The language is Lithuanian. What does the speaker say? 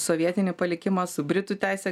sovietinį palikimą su britų teise